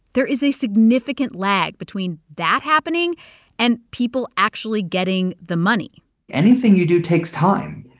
there is a significant lag between that happening and people actually getting the money anything you do takes time.